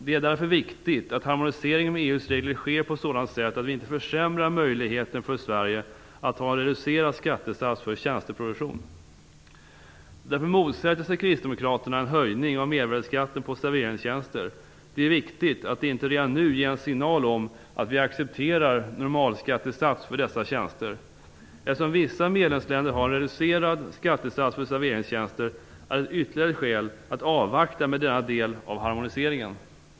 Det är därför viktigt att harmoniseringen med EU:s regler sker på ett sådant sätt att vi inte försämrar möjligheten för Sverige att ha en reducerad skattesats för tjänsteproduktion. Därför motsätter sig kristdemokraterna en höjning av mervärdesskatten på serveringstjänster. Det är viktigt att inte redan nu ge signal om att vi accepterar normalskattesats för dessa tjänster. Eftersom vissa medlemsländer har en reducerad skattesats för serveringstjänster, är det ett ytterligare skäl att avvakta med denna del av harmoniseringen.